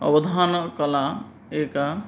अवधानकला एका